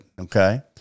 okay